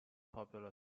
popular